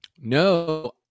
No